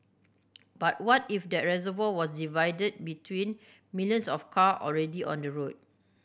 but what if that reservoir was divided between millions of car already on the road